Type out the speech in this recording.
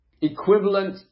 equivalent